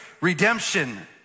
redemption